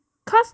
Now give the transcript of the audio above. cause